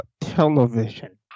television